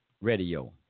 Radio